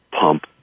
pump